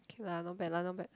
ya not bad lah not bad